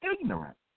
ignorant